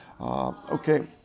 okay